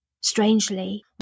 Strangely